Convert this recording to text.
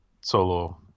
solo